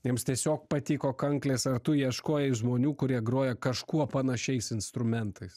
jiems tiesiog patiko kanklės ar tu ieškojai žmonių kurie groja kažkuo panašiais instrumentais